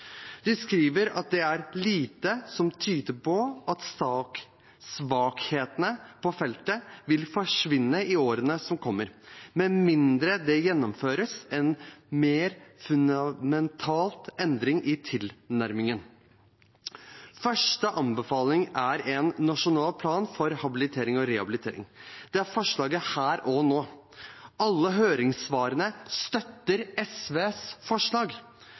De skriver at det er lite som tyder på at svakhetene på feltet vil forsvinne i årene som kommer, med mindre det gjennomføres en mer fundamental endring i tilnærmingen. Første anbefaling er en nasjonal plan for habilitering og rehabilitering. Det er forslaget her og nå. Alle høringssvarene støtter SVs forslag.